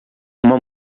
uma